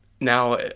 now